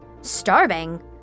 Starving